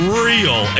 real